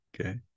Okay